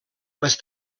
les